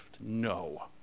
No